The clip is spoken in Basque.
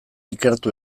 ikertu